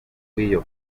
w’iyo